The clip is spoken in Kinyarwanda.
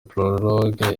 prologue